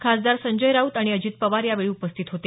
खासदार संजय राऊत आणि अजित पवार यावेळी उपस्थित होते